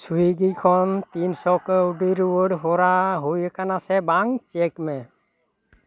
ᱥᱩᱭᱜᱤ ᱠᱷᱚᱱ ᱛᱤᱱᱥᱚ ᱠᱟᱹᱣᱰᱤ ᱨᱩᱭᱟᱹᱲ ᱦᱚᱨᱟ ᱦᱩᱭᱟᱠᱟᱱᱟ ᱥᱮ ᱵᱟᱝ ᱪᱮᱠ ᱢᱮ